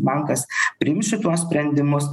bankas priimsiu tuos sprendimus